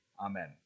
Amen